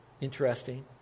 Interesting